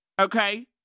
okay